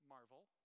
Marvel